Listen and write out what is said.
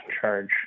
charge